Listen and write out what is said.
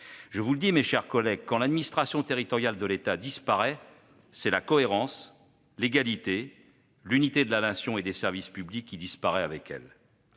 régionales. Mes chers collègues, quand l'administration territoriale de l'État disparaît, ce sont la cohérence, l'égalité et l'unité de la Nation et des services publics qui disparaissent avec elle.